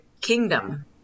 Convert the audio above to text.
kingdom